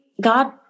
God